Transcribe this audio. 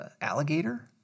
alligator